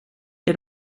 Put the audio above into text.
est